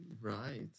Right